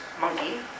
monkey